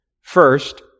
First